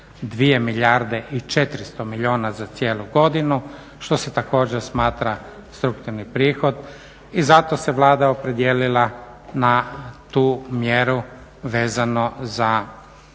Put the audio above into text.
2 milijarde i 400 milijuna za cijelu godinu što se također smatra strukturni prihod i zato se Vlada opredijelila na tu mjeru vezano za